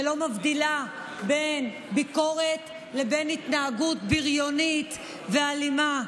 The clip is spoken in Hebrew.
שלא מבדילה בין ביקורת לבין התנהגות בריונית ואלימה?